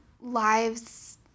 lives